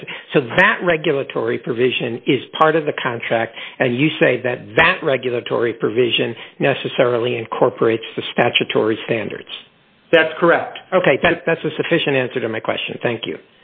ok so that regulatory provision is part of the contract and you say that that regulatory provision necessarily incorporates the statutory standards that's correct ok that's a sufficient answer to my question thank you